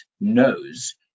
knows